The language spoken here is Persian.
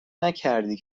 نکردی